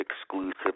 exclusive